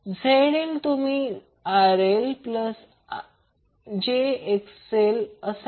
तर ZL तुम्ही लिहा RL jXL